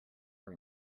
are